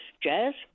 jazz